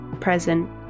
present